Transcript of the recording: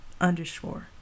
underscore